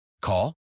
Call